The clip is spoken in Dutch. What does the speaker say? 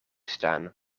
staan